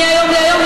מהיום להיום,